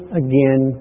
again